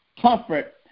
comfort